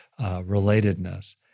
relatedness